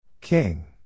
King